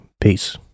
peace